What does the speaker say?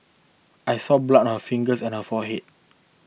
I saw blood on her fingers and on her forehead